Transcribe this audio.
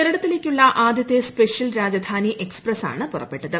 കേരളത്തിലേക്കുള്ള ആദ്യത്തെ സ്പെഷ്യൽ രാജധാനി എക്സ്പ്രസ്സാണ് പുറപ്പെട്ടത്